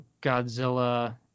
Godzilla